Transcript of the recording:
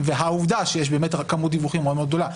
והעובדה שיש באמת כמות דיווחים מאוד מאוד גדולה.